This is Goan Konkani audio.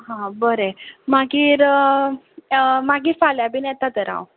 हां बरें मागीर मागीर फाल्यां बी येता तर हांव